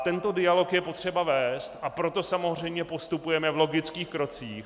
Tento dialog je potřeba vést, a proto samozřejmě postupujeme v logických krocích.